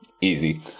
Easy